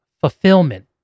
fulfillment